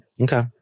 Okay